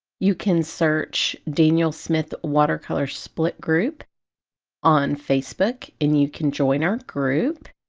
you can search daniel smith watercolor split group on facebook, and you can join our group!